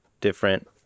different